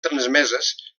transmeses